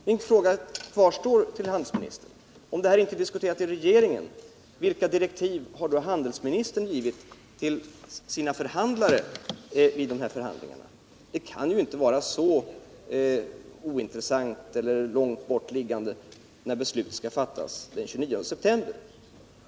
Min fråga till handelsministern kvarstår: Om det här inte har diskuterats inom regeringen, vilka direktiv har då handelsministern givit sina förhandlare vid dessa förhandlingar? Detta kan ju inte vara så ointressant och långt borta liggande när beslut skall fattas den 29 september.